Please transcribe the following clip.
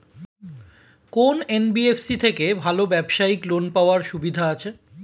কোন এন.বি.এফ.সি থেকে ভালো ব্যবসায়িক লোন পাওয়ার সুবিধা আছে?